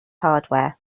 hardware